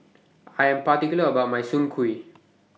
I Am particular about My Soon Kuih